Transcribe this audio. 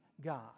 God